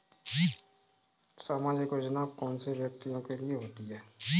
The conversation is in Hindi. सामाजिक योजना कौन से व्यक्तियों के लिए होती है?